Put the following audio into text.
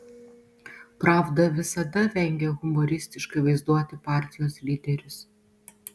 pravda visada vengė humoristiškai vaizduoti partijos lyderius